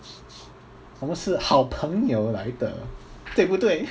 我们是好朋友来的对不对